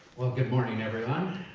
well, good morning everyone.